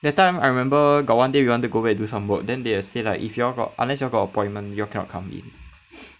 that time I remember got one day we want to go back do some work then they say like if you all got unless you all got appointment you all cannot come in